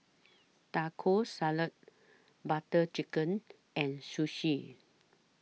Taco Salad Butter Chicken and Sushi